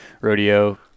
rodeo